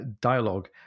dialogue